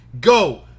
Go